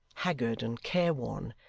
haggard and careworn,